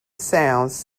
sounds